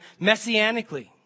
messianically